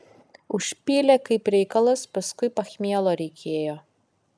užpylė kaip reikalas paskui pachmielo reikėjo